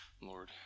Lord